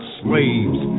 slaves